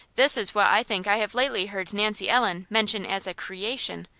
this is what i think i have lately heard nancy ellen mention as a creation.